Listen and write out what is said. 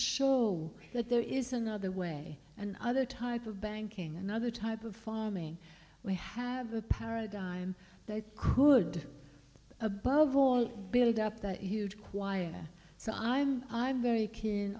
show that there is another way and other type of banking and other type of farming we have a paradigm that could above all build up that huge choir so i'm i'm very keen